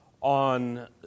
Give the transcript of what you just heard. on